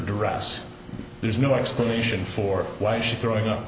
duress there's no explanation for why she throwing up